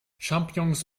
champignons